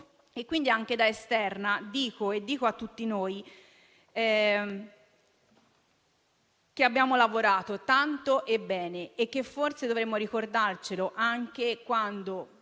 Gruppo. Anche da esterna, quindi, dico a tutti noi che abbiamo lavorato tanto e bene. Forse dovremmo ricordarlo anche quando,